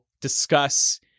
discuss